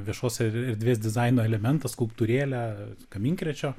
viešos erdvės dizaino elementas skulptūrėlę kaminkrėčio